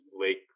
lake